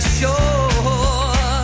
sure